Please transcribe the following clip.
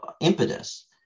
impetus